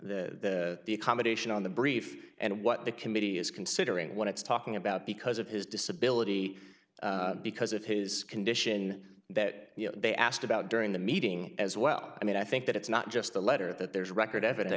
the the the accommodation on the brief and what the committee is considering what it's talking about because of his disability because of his condition that you know they asked about during the meeting as well i mean i think that it's not just the letter that there's record evidence